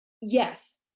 yes